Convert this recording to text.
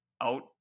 out